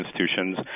institutions